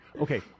Okay